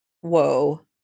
whoa